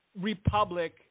republic